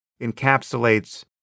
encapsulates